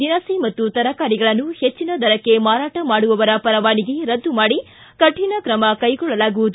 ದಿನಸಿ ಮತ್ತು ತರಕಾರಿಗಳನ್ನು ಹೆಚ್ಚಿನ ದರಕ್ಕೆ ಮಾರಾಟ ಮಾಡುವವರ ಪರವಾನಿಗೆ ರದ್ದು ಮಾಡಿ ಕಾಣ ತ್ರಮ ಕೈಗೊಳ್ಳಲಾಗುವುದು